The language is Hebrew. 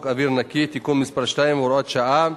אוויר נקי (תיקון מס' 2 והוראת שעה),